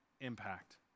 impact